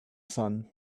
sun